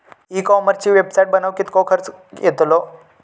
E कॉमर्सची website बनवक किततो खर्च येतलो?